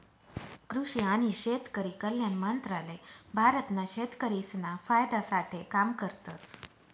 कृषि आणि शेतकरी कल्याण मंत्रालय भारत ना शेतकरिसना फायदा साठे काम करतस